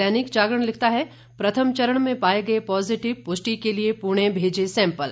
दैनिक जागरण लिखता है प्रथम चरण में पाए गए पॉजिटिव पुष्टि के लिए पुणे भेजे सैंपल